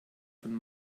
von